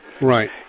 Right